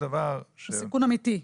בסיכון אמיתי.